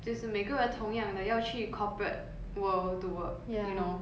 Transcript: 就是每个人同样的要去 corporate world to work you know